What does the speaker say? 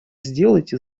сделайте